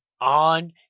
on